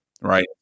Right